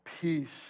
peace